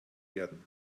werden